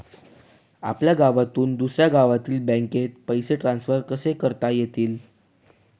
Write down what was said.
आपल्या गावातून दुसऱ्या गावातील बँकेत पैसे ट्रान्सफर कसे करता येतील?